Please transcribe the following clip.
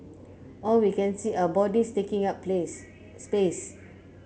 all we can see are bodies taking up place space